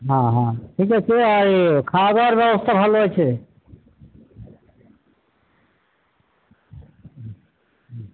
হ্যাঁ হ্যাঁ ঠিক আছে আর এ খাওয়া দাওয়ার ব্যবস্থা ভালো আছে